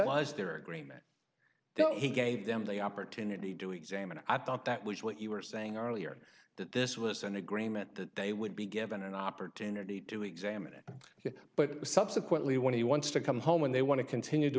lie as their agreement that he gave them the opportunity to examine it i thought that was what you were saying earlier that this was an agreement that they would be given an opportunity to examine it but subsequently when he wants to come home when they want to continue to